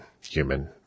human